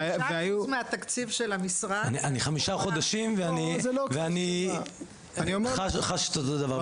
והיו --- אני חמישה חודשים ואני חש את אותו דבר בדיוק.